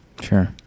Sure